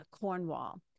cornwall